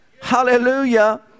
Hallelujah